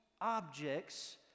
objects